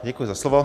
Děkuji za slovo.